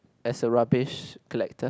as a rubbish collector